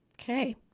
Okay